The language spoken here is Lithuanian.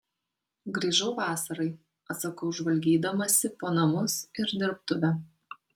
grįžau vasarai atsakau žvalgydamasi po namus ir dirbtuvę